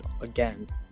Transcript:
again